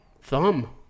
thumb